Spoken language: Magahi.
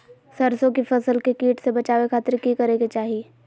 सरसों की फसल के कीट से बचावे खातिर की करे के चाही?